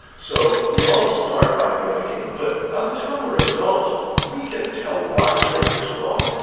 so we all start by mimicking but by the time we are adults we can tell why rape is wrong.